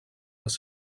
les